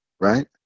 right